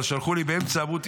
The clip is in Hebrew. אבל שלחו לי באמצע אמרו תתייחס,